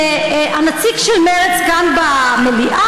שהנציג של מרצ כאן במליאה,